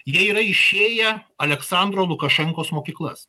jie yra išėję aleksandro lukašenkos mokyklas